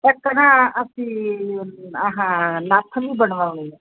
ਇੱਕ ਨਾ ਅਸੀਂ ਆਹਾ ਨੱਥ ਨੂੰ ਬਣਵਾਉਣੀ ਆ